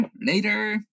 later